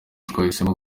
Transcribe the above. twahisemo